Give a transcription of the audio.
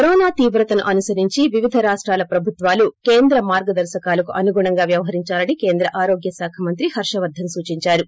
corona తీవ్రతను అనుసరించి వివిధ రాష్షాల ప్రభుత్వాలు కేంద్ర మార్గదర్చకాలకు అనుగణంగా వ్యవహరించాలని కేంద్ర ఆరోగ్య శాఖ మాంత్రి హరవర్షన్ సూచించారు